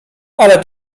ale